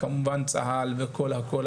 כמובן צה"ל והכל,